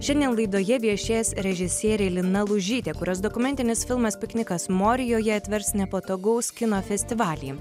šiandien laidoje viešės režisierė lina lužytė kurios dokumentinis filmas piknikas morijoje atvers nepatogaus kino festivalį